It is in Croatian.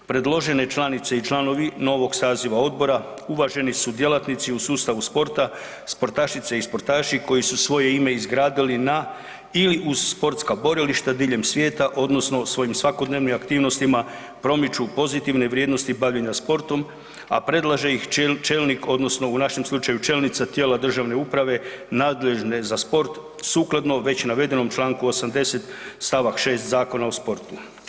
Predložene članice i članovi novog saziva odbora uvaženi su djelatnici u sustavu sporta, sportašice i sportaši koji su svoje ime izgradili na/ili uz sportska borilišta diljem svijeta odnosno u svojim svakodnevnim aktivnostima, promiču pozitivne vrijednosti bavljenja sportom a predlaže ih čelnik odnosno u našem slučaju čelnica tijela državne uprave nadležne sport sukladno već navedenom čl. 80. stavak 6. Zakona o sportu.